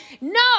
no